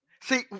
See